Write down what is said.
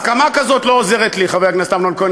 הסכמה כזאת לא עוזרת לי, חבר הכנסת אמנון כהן.